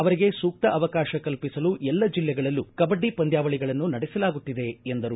ಅವರಿಗೆ ಸೂಕ್ತ ಅವಕಾಶ ಕಲ್ಪಿಸಲು ಎಲ್ಲ ಜಿಲ್ಲೆಗಳಲ್ಲೂ ಕಬಡ್ಡಿ ಪಂದ್ಯಾವಳಿಗಳನ್ನು ನಡೆಸಲಾಗುತ್ತಿದೆ ಎಂದರು